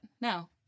No